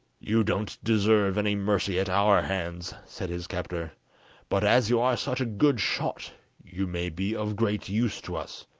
you don't deserve any mercy at our hands said his captor but as you are such a good shot you may be of great use to us,